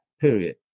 period